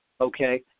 okay